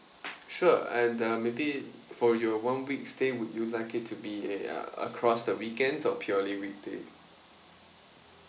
sure and uh maybe for your one week stay would you like it to be a uh across the weekends or purely weekday